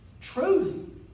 truth